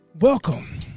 welcome